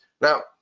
Now